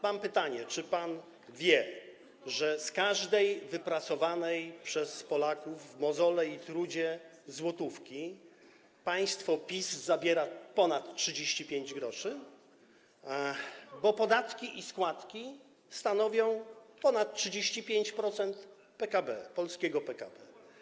Mam pytanie, czy pan wie, że z każdej wypracowanej przez Polaków w mozole i trudzie złotówki państwo PiS zabiera ponad 35 gr, bo podatki i składki stanowią ponad 35% polskiego PKB?